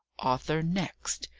arthur next!